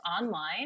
online